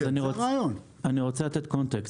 אני רוצה לתת הקשר.